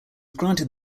granted